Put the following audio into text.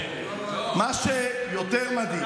מה שיותר מדהים,